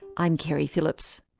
i'm keri phillips.